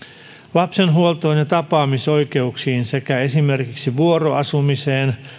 lapsen huoltoon ja tapaamisoikeuksiin sekä esimerkiksi vuoroasumiseen